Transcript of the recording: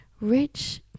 rich